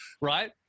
right